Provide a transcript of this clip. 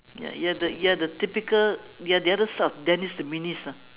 ya ya you're the you're the typical you're the other side of dennis the menace ah